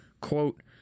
quote